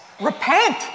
Repent